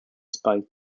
spike